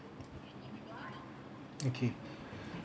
okay